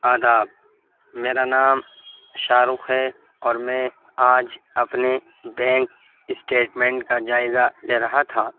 آداب میرا نام شاہ رخ ہے اور میں آج اپنے بینک اسٹیٹمنٹ کا جائزہ لے رہا تھا